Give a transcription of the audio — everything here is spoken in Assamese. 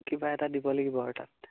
কিবা এটা দিব লাগিব আৰু তাত